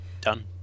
Done